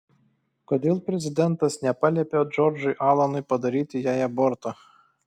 kodėl prezidentas nepaliepė džordžui alanui padaryti jai aborto